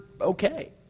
okay